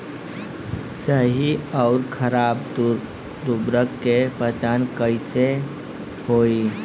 सही अउर खराब उर्बरक के पहचान कैसे होई?